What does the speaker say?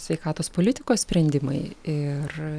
sveikatos politikos sprendimai ir